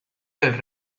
del